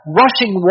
rushing